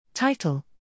Title